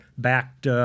backed